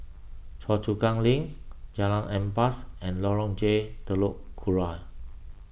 Choa Chu Kang Link Jalan Ampas and Lorong J Telok Kurau